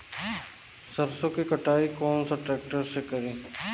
सरसों के कटाई कौन सा ट्रैक्टर से करी?